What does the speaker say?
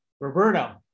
Roberto